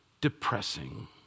depressing